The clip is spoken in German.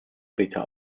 später